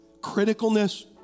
Criticalness